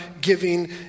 giving